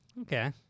Okay